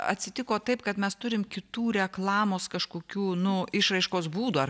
atsitiko taip kad mes turim kitų reklamos kažkokių nu išraiškos būdų ar